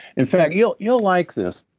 in fact, you'll you'll like this.